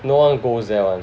no one goes there [one]